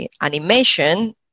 animation